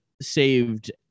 saved